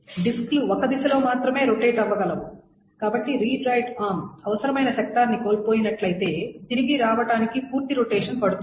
డిస్క్లు ఒక దిశ లో మాత్రమే రొటేట్ అవ్వగలవు కాబట్టి రీడ్ రైట్ ఆర్మ్ అవసరమైన సెక్టార్ ని కోల్పోయిన ట్లయితే తిరిగి రావడానికి పూర్తి రొటేషన్ పడుతుంది